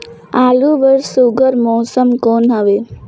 आलू बर सुघ्घर मौसम कौन हवे?